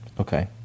Okay